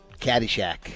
Caddyshack